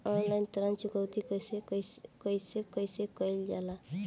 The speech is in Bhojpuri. ऑनलाइन ऋण चुकौती कइसे कइसे कइल जाला?